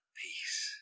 peace